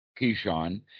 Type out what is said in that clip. Keyshawn